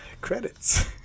credits